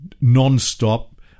non-stop